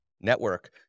network